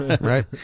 right